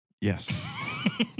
Yes